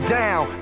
down